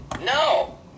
No